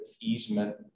easement